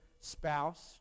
spouse